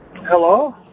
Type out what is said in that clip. Hello